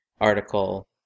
article